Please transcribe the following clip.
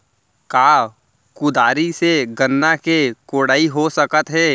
का कुदारी से गन्ना के कोड़ाई हो सकत हे?